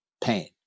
pain